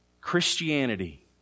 Christianity